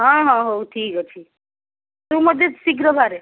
ହଁ ହଁ ହଉ ଠିକ୍ ଅଛି ତୁ ମଧ୍ୟ ଶୀଘ୍ର ବାହାରେ